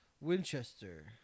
Winchester